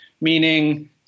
meaning